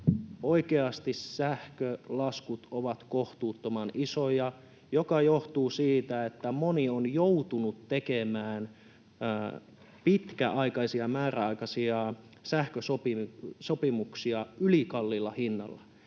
oikeasti sähkölaskut ovat kohtuuttoman isoja, mikä johtuu siitä, että moni on joutunut tekemään pitkäaikaisia määräaikaisia sähkösopimuksia ylikalliilla hinnalla.